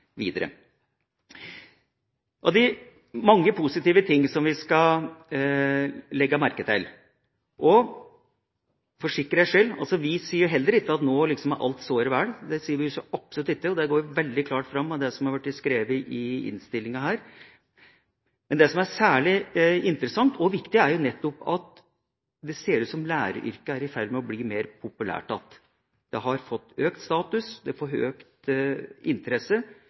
videre. Det er mange positive ting som vi skal legge merke til – og for sikkerhets skyld, vi sier heller ikke at nå er alt såre vel. Det sier vi absolutt ikke. Det går veldig klart fram av det som har blitt skrevet i innstillinga her. Men det som er særlig interessant og viktig, er nettopp at det ser ut som om læreryrket er i ferd med å bli mer populært igjen. Det har fått økt status, økt interesse,